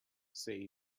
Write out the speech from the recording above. say